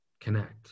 connect